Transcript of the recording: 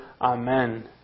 Amen